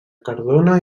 cardona